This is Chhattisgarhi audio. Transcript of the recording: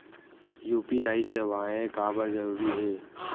यू.पी.आई सेवाएं काबर जरूरी हे?